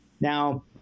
Now